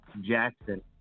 Jackson